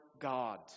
God